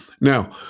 Now